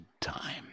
time